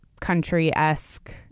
country-esque